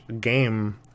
game